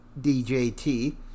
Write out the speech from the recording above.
DJT